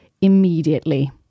immediately